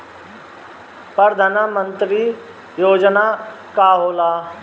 परधान मंतरी योजना का होला?